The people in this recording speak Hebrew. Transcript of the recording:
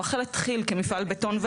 הוא אכן התחיל כמפעל בטון,